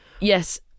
Yes